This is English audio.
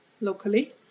locally